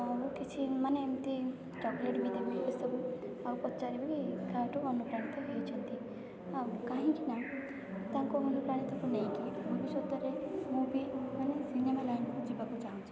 ମୁଁ କିଛି ମାନେ ଏମିତି ଚକୋଲେଟ୍ ବି ଦେବି ଏସବୁ ଆଉ ପଚାରିବି କାହାଠୁ ଅନୁପ୍ରାଣିତ ହୋଇଛନ୍ତି ଆଉ କାହିଁକି ନା ତାଙ୍କ ଅନୁପ୍ରାଣିତକୁ ନେଇକି ଭବିଷ୍ୟତରେ ମୁଁ ବି ମାନେ ସିନେମା ଲାଇନ୍କୁ ଯିବାକୁ ଚାହୁଁଛି